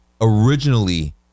Originally